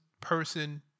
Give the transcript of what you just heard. person